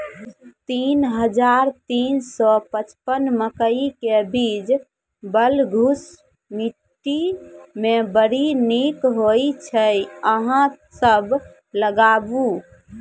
तीन हज़ार तीन सौ पचपन मकई के बीज बलधुस मिट्टी मे बड़ी निक होई छै अहाँ सब लगाबु?